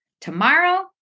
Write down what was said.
tomorrow